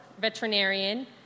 veterinarian